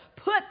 Put